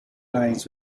lines